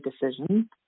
decision